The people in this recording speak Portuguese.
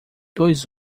dois